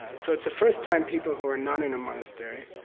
so, it's the first time people who are not in a monastery,